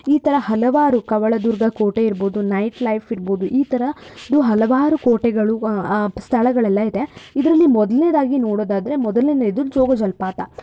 ಈ ಥರ ಹಲವಾರು ಕವಳೆ ದುರ್ಗ ಕೋಟೆ ಇರ್ಬೋದು ನೈಟ್ ಲೈಫ್ ಇರ್ಬೋದು ಈ ಥರ ಹಲವಾರು ಕೋಟೆಗಳು ಸ್ಥಳಗಳೆಲ್ಲ ಇದೆ ಇದರಲ್ಲಿ ಮೊದಲನೇದಾಗಿ ನೋಡೋದಾದ್ರೆ ಮೊದಲನೇದು ಜೋಗ ಜಲಪಾತ